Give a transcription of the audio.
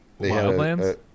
wildlands